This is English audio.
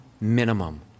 minimum